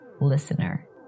listener